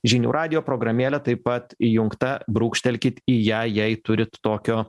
žinių radijo programėle taip pat įjungta brūkštelkit į ją jei turit tokio